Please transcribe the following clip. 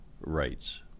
rights